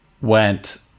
went